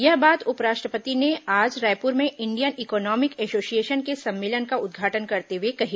यह बात उपराष्ट्रपति ने आज रायपुर में इंडियन इकोनॉमिक एसोसिएशन के सम्मेलन का उद्घाटन करते हुए कही